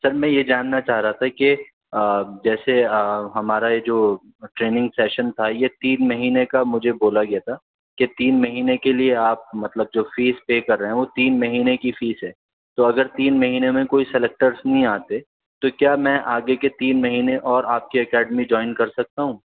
سر میں یہ جاننا چاہ رہا تھا کہ جیسے ہمارا یہ جو ٹریننگ سیشن تھا یہ تین مہینے کا مجھے بولا گیا تھا کہ تین مہینے کے لیے آپ مطلب جو فیس پے کر رہے ہیں وہ تین مہینے کی فیس ہے تو اگر تین مہینے میں کوئی سلیکٹرس نہیں آتے تو کیا میں آگے کے تین مہینے اور آپ کی اکیڈمی جوائن کر سکتا ہوں